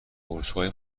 برجهای